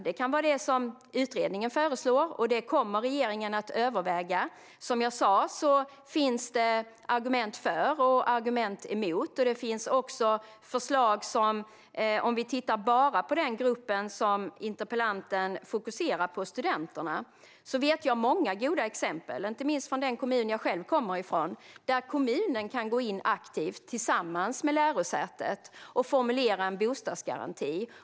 Det kan vara det utredningen föreslår, och det kommer regeringen att överväga. Som jag sa finns det argument för och argument emot. När det gäller den grupp som interpellanten fokuserar på, studenterna, vet jag många goda exempel - inte minst från den kommun jag själv kommer ifrån - där kommunen kan gå in och tillsammans med lärosätet aktivt formulera en bostadsgaranti.